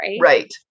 right